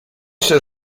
się